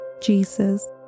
Jesus